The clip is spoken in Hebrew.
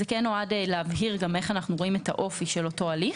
זה נועד להבהיר איך אנחנו רואים את האופי של אותו הליך.